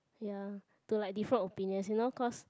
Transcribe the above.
ya to like different opinions you know cause